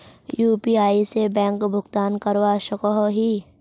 UPI से bank भुगतान करवा सकोहो ही?